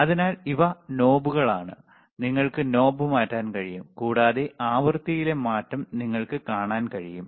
അതിനാൽ ഇവ നോബുകളാണ് നിങ്ങൾക്ക് നോബ് മാറ്റാൻ കഴിയും കൂടാതെ ആവൃത്തിയിലെ മാറ്റം നിങ്ങൾക്ക് കാണാൻ കഴിയും